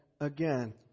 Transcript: again